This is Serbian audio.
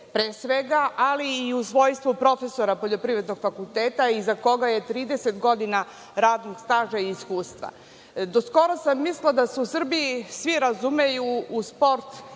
pre svega, ali i u svojstvu profesora Poljoprivrednog fakulteta iza koga je 30 godina radnog staža i iskustva. Do skoro sam mislila da se u Srbiji svi razumeju u sport,